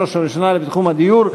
ובראש ובראשונה בתחום הדיור,